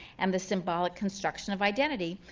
and the symbolic construction of identity,